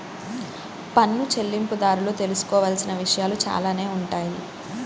పన్ను చెల్లింపుదారులు తెలుసుకోవాల్సిన విషయాలు చాలానే ఉంటాయి